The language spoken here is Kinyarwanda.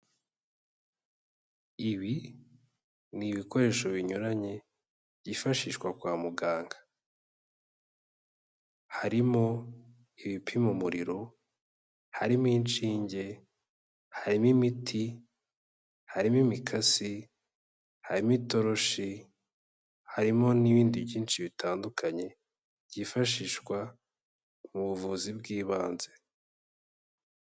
Ibi ni ibikoresho binyuranye byifashishwa kwa muganga, harimo ibipima umuriro, harimo inshinge, harimo imiti, harimo imikasi, harimo itoroshi, harimo n'ibindi byinshi bitandukanye byifashishwa mu buvuzi bw'ibanze.